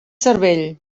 cervell